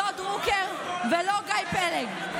לא דרוקר ולא גיא פלג.